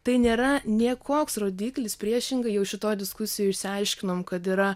tai nėra nė koks rodiklis priešingai jau šitoj diskusijoj išsiaiškinom kad yra